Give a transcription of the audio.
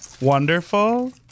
wonderful